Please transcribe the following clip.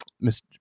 Miss